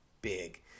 big